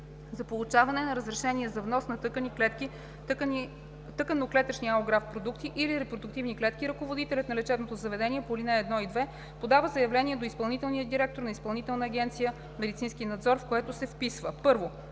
За получаване на разрешение за внос на тъкани, клетки, тъканно-клетъчни алографт продукти или репродуктивни клетки ръководителят на лечебното заведение по ал. 1 и 2 подава заявление до изпълнителния директор на Изпълнителна агенция „Медицински надзор“, в което се вписва: 1.